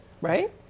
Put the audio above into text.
Right